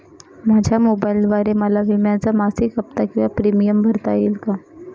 माझ्या मोबाईलद्वारे मला विम्याचा मासिक हफ्ता किंवा प्रीमियम भरता येईल का?